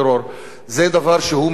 זה דבר שהוא מסוכן מאוד.